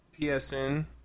PSN